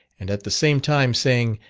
and at the same time saying,